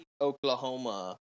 Oklahoma